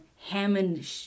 Hammond